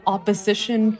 opposition